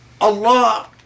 Allah